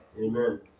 Amen